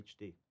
HD